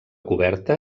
coberta